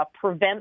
prevent